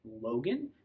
Logan